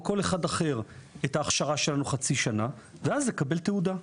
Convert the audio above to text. כל אחד אחר את ההכשרה שלנו חצי שנה ואז לקבל תעודה.